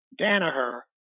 Danaher